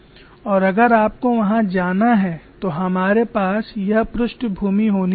और अगर आपको वहां जाना है तो हमारे पास यह पृष्ठभूमि होनी चाहिए